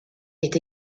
est